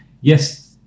yes